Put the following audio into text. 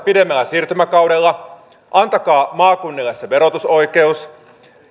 pitemmällä siirtymäkaudella antakaa maakunnille se verotusoikeus